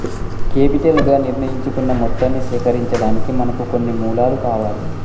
capital గా నిర్ణయించుకున్న మొత్తాన్ని సేకరించడానికి మనకు కొన్ని మూలాలు కావాలి